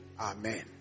Amen